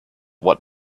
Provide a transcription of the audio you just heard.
what